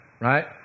right